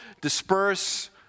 disperse